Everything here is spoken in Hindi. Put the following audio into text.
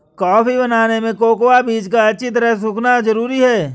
कॉफी बनाने में कोकोआ बीज का अच्छी तरह सुखना जरूरी है